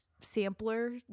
sampler